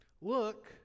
Look